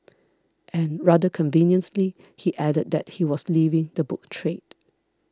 and rather conveniently he added that he was leaving the book trade